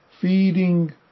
Feeding